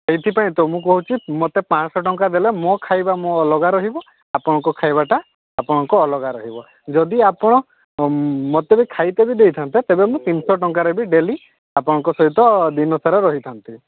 ସେଇଥି ପାଇଁ ତ ମୁଁ କହୁଛି ମତେ ପାଞ୍ଚଶହ ଟଙ୍କା ଦେଲେ ମୋ ଖାଇବା ମୋ ଅଲଗା ରହିବ ଆପଣଙ୍କ ଖାଇବାଟା ଆପଣଙ୍କ ଅଲଗା ରହିବ ଯଦି ଆପଣ ମୋତେ ବି ଖାଇତେ ବି ଦେଇଥାନ୍ତେ ତେବେ ମୁଁ ତିନିଶ ଟଙ୍କାରେ ବି ଡେଲି ଆପଣଙ୍କ ସହିତ ଦିନ ସାରା ରହିଥାନ୍ତି